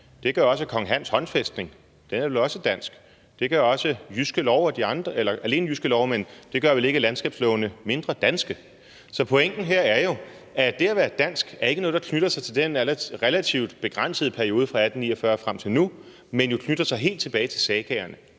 Det gør også Kong Hans' Håndfæstning, den er vel også dansk. Det gør også Jyske Lov. Men det gør vel ikke landskabslovene mindre danske. Så pointen her er jo, at det at være dansk ikke er noget, der knytter sig til den relativt begrænsede periode fra 1849 og frem til nu, men jo knytter sig helt tilbage til sagaerne,